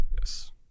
Yes